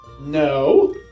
No